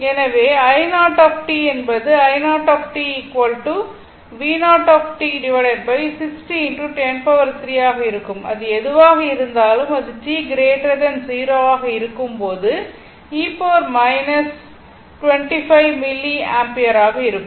எனவே என்பது ஆக இருக்கும்அது எதுவாக இருந்தாலும் அது t 0 ஆக இருக்கும் போது மில்லி ஆம்பியர் ஆக இருக்கும்